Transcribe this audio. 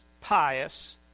pious